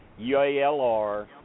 UALR